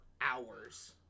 hours